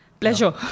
Pleasure